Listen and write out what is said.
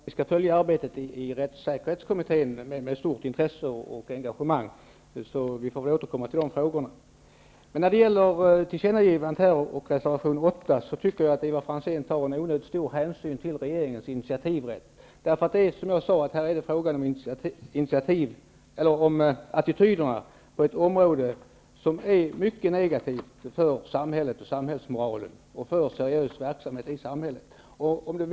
Herr talman! Vi skall följa arbetet i rättssäkerhetskommittén med stort intresse och engagemang, så vi får väl återkomma till de frågorna. Men när det gäller tillkännagivandet och reservation 8 tycker jag att Ivar Franzén tar onödigt stor hänsyn till regeringens initiativrätt. Här är det, som jag sade, fråga om attityderna på ett område som är mycket negativt för samhället och samhällsmoralen, och för seriös verksamhet i samhället.